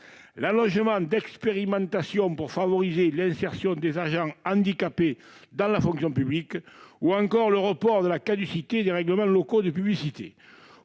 l'allongement d'expérimentations pour favoriser l'insertion des agents handicapés dans la fonction publique et le report de la caducité des règlements locaux de publicité.